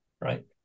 Right